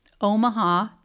Omaha